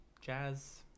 jazz